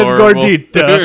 gordita